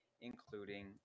including